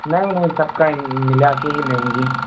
نہیں نہیں سب کا ملا کے ہی لیں گی